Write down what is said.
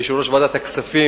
יושב-ראש ועדת הכספים,